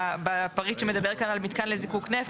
שבפריט שמדבר כאן על מתקן לזיקוק נפט,